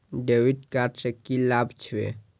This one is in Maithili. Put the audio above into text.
डेविट कार्ड से की लाभ छै?